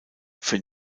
für